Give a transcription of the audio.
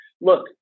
look